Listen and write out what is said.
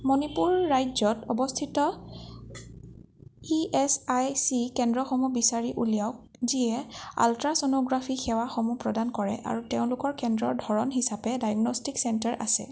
মণিপুৰ ৰাজ্যত অৱস্থিত E S I C কেন্দ্ৰসমূহ বিচাৰি উলিয়াওঁক যিয়ে আলট্ৰাছ'ন'গ্ৰাফি সেৱাসমূহ প্ৰদান কৰে আৰু তেওঁলোকৰ কেন্দ্ৰৰ ধৰণ হিচাপে ডায়েগনষ্টিক চেণ্টাৰ আছে